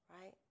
right